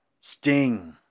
Sting